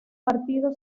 partido